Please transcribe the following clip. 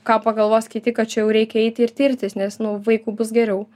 ką pagalvos kiti kad čia jau reikia eiti ir tirtis nes nu vaikų bus geriau